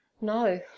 No